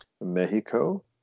Mexico